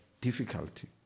difficulty